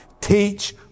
Teach